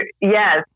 yes